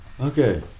Okay